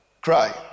Cry